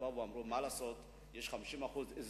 מה ההיגיון של חוק